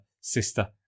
sister